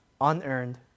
unearned